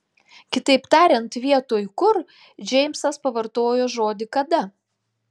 kitaip tariant vietoj kur džeimsas pavartojo žodį kada